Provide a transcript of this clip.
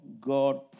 God